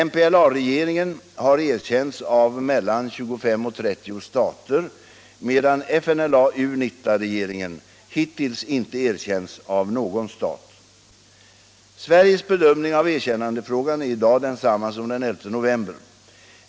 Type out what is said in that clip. MPLA-regeringen har erkänts av mellan 25 och 30 stater, medan FNLA-UNITA-regeringen hittills inte erkänts av någon stat. Sveriges bedömning av erkännandefrågan är i dag densamma som den 11 november.